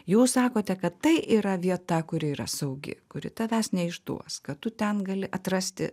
jūs sakote kad tai yra vieta kuri yra saugi kuri tavęs neišduos kad tu ten gali atrasti